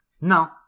No